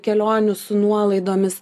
kelionių su nuolaidomis